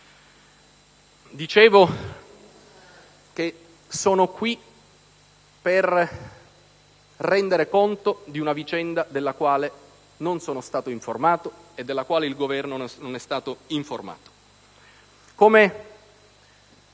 dicevo, sono qui per rendere conto di una vicenda della quale non sono stato informato e della quale il Governo non è stato informato.